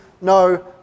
no